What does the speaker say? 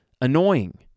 annoying